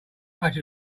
patch